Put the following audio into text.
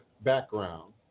background